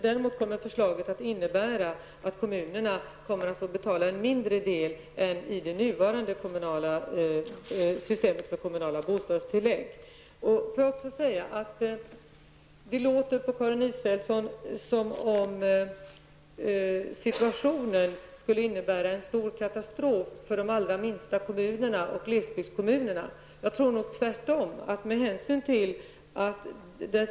Däremot kommer förslaget att innebära att kommunerna kommer att få betala en mindre del än i det nuvarande systemet för kommunala bostadstillägg. Det låter på Karin Israelsson som om situationen skulle innebära en stor katastrof för de allra minsta kommunerna och glesbygdskommunerna. Jag tror att det är tvärtom.